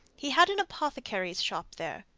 he had an apothecary's shop there,